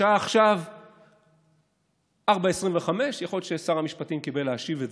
השעה עכשיו 16:25. יכול להיות ששר המשפטים קיבל את זה כדי להשיב.